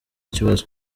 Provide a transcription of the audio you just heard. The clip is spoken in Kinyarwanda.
kibazo